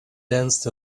danced